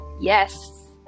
Yes